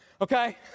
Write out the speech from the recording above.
Okay